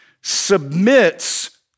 submits